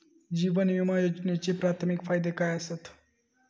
जीवन विमा योजनेचे प्राथमिक फायदे काय आसत?